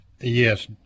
Yes